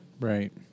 Right